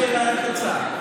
יש לי אלייך עצה.